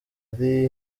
ari